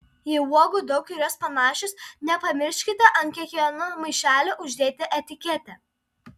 jei uogų daug ir jos panašios nepamirškite ant kiekvieno maišelio uždėti etiketę